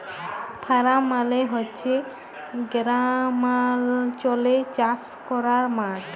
farm মালে হছে গেরামালচলে চাষ ক্যরার মাঠ